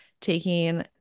taking